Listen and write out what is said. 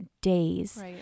days